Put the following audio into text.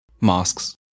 masks